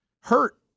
hurt